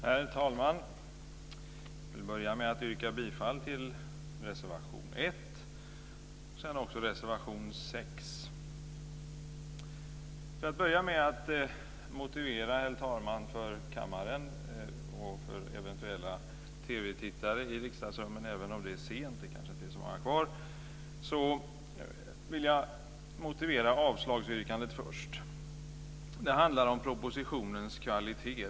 Herr talman! Jag vill börja med att yrka bifall till reservation 1 och också reservation 6. Herr talman! Jag ska först motivera avslagsyrkandet för kammaren och för eventuella TV-tittare i riksdagsrummen, även om det är sent och det kanske inte är så många kvar. Det handlar om propositionens kvalitet.